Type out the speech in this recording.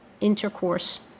intercourse